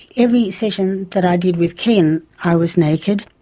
every session that i did with ken i was naked.